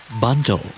Bundle